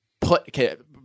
put –